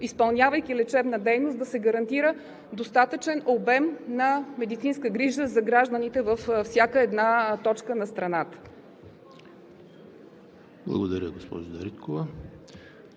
изпълнявайки лечебна дейност, да се гарантира достатъчен обем на медицинска грижа за гражданите във всяка една точка на страната. ПРЕДСЕДАТЕЛ ЕМИЛ ХРИСТОВ: Благодаря, госпожо Дариткова.